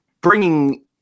bringing